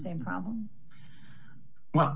same problem well